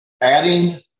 Adding